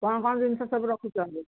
କ'ଣ କ'ଣ ଜିନିଷ ସବୁ ରଖୁଛନ୍ତି